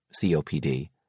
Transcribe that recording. COPD